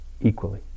equally